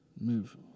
move